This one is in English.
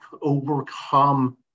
overcome